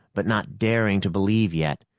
but not daring to believe yet.